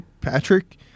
Patrick